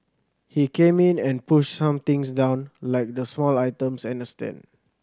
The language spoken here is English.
he came in and pushed some things down like the small items and a stand